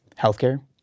healthcare